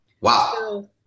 wow